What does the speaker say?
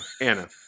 Anna